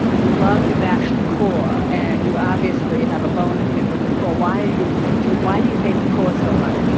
you love to bash the corps. and you obviously have a bone to pick with the corps. why do you why do you hate the corps so much?